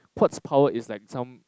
quartz powered is like some